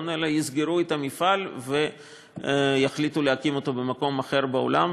אלא יסגרו את המפעל ויחליטו להקים אותו במקום אחר בעולם.